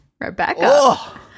Rebecca